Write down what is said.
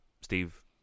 Steve